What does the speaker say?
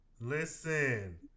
Listen